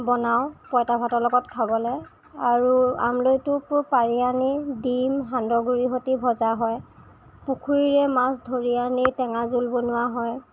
বনাওঁ পইতা ভাতৰ লগত খাবলে আৰু আমৰলি টোপো পাৰি আনি ডিম সান্দহ গুৰিৰ সৈতে ভজা হয় পুখুৰীৰে মাছ ধৰি আনি টেঙা জোল বনোৱা হয়